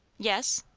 yes?